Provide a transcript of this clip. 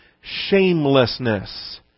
shamelessness